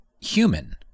human